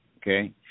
Okay